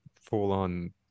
full-on